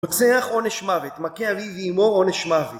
רוצח עונש מוות, מכה אבי ואימו עונש מוות.